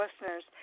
listeners